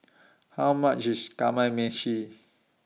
How much IS Kamameshi